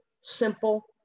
simple